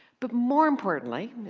but more importantly, as